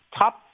top